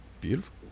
beautiful